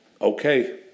Okay